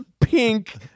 pink